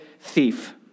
thief